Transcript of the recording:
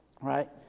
right